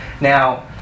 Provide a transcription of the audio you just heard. Now